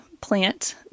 plant